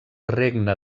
regne